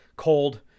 cold